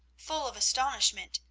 full of astonishment,